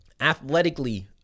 Athletically